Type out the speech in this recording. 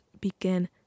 begin